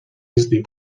easily